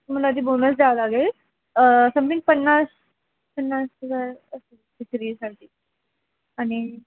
तुम्हाला आधी बोनस द्यावं लागेल समथिंग पन्नास पन्नास हजार असं तिसरीसाठी आणि